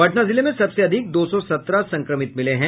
पटना जिले में सबसे अधिक दो सौ सत्रह संक्रमित मिले हैं